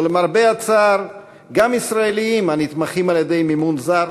ולמרבה הצער גם ישראליים הנתמכים על-ידי מימון זר,